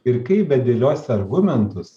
ir kaip bedėliosi argumentus